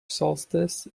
solstice